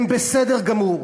הם בסדר גמור,